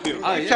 לא, הלכת רחוק.